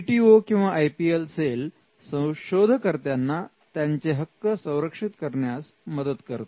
T T O किंवा IPM cell शोधकर्त्याना त्यांचे हक्क संरक्षित करण्यात मदत करते